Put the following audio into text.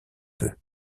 peu